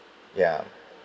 ya